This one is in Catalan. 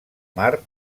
mar